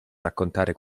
raccontare